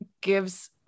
gives